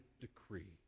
decree